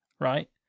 right